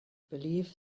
believe